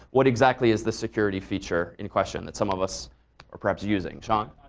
what exactly is the security feature in question that some of us are perhaps using? sean?